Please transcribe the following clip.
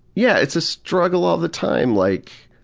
yeah, it's a struggle all the time, like